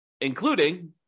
including